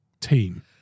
team